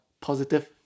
positive